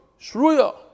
shruya